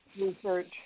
Research